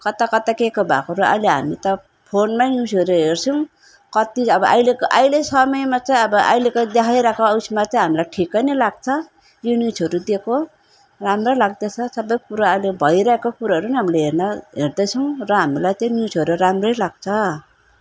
कता कता के के भएकोहरू अहिले हामी त फोनमै न्युजहरू हेर्छौँ कति अब अहिलेको अहिले समयमा चाहिँ अब अहिलेको देखाइरहेको उयसमा चाहिँ हामीलाई ठिकै नै लाग्छ यो न्युजहरू दिएको राम्रो लाग्दछ सबै कुरो अहिले भइरहेको कुरोहरू नै हामीले हेर्न हेर्दैछौँ र हामीलाई चाहिँ न्युजहरू राम्रै लाग्छ